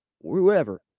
whoever